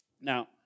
Now